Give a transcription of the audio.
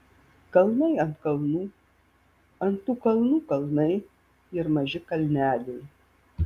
kalnai ant kalnų ant tų kalnų kalnai ir maži kalneliai